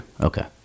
Okay